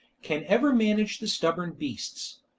can ever manage the stubborn beasts.